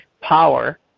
power